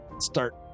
start